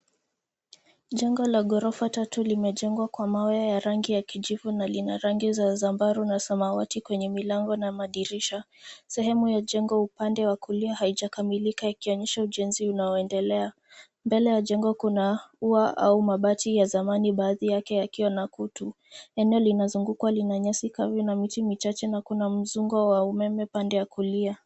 Jengo la gorofa tatu limejengwa kwa mawe ya rangi ya kijivu na lina rangi za zambarau na samawati kwenye milango na madirisha. Sehemu ya jengo upande wa kulia haijakamilika ikionyesha ujenzi unaoendelea. Mbele ya jengo kuna ua au mabati ya zamani baadhi yake yakiwa na kutu. Eneo linazungukwa lina nyasi kavu na lina miti michache na kuna mzunguko wa umeme pande ya kulia.